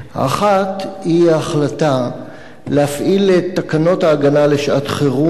האחת היא החלטה להפעיל את תקנות ההגנה לשעת-חירום